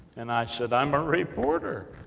and i said, i'm a reporter